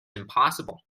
impossible